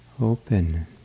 open